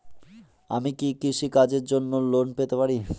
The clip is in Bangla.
আমি কি কৃষি কাজের জন্য লোন পেতে পারি?